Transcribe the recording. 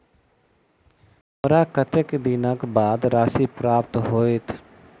हमरा कत्तेक दिनक बाद राशि प्राप्त होइत?